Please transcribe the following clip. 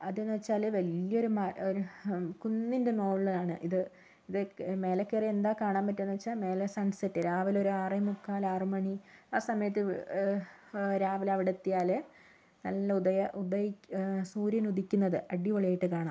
അതെന്നുവച്ചാല് വലിയൊരു മ കുന്നിൻ്റെ മുകളിലാണ് ഇത് ഇത് മേലേ കയറിയാൽ എന്താ കാണാൻ പറ്റുകാന്നുവച്ചാൽ മേലെ സൺ സെറ്റ് രാവിലെ ഒരു ആറേമുക്കാല് ആറ് മണി ആ സമയത്ത് രാവിലവിടെത്തിയാല് നല്ല ഉദയ ഉദയ്ക്ക് സൂര്യനുദിക്കുന്നത് അടിപൊളിയായിട്ട് കാണാം